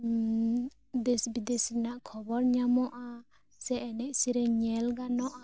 ᱫᱮᱥ ᱵᱤᱫᱮᱥ ᱨᱮᱱᱟᱜ ᱠᱷᱚᱵᱚᱨ ᱧᱟᱢᱚᱜᱼᱟ ᱥᱮ ᱮᱱᱮᱡ ᱥᱮᱨᱮᱧ ᱧᱮᱞ ᱜᱟᱱᱚᱜᱼᱟ